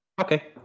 okay